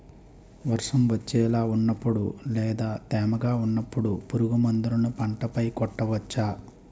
వర్షం వచ్చేలా వున్నపుడు లేదా తేమగా వున్నపుడు పురుగు మందులను పంట పై కొట్టవచ్చ?